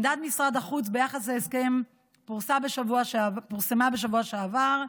עמדת משרד החוץ ביחס להסכם פורסמה בשבוע שעבר.